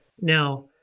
Now